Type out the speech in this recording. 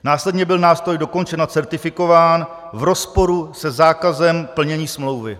Následně byl nástroj dokončen a certifikován v rozporu se zákazem plnění smlouvy.